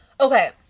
okay